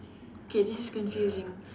K this is confusing